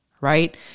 right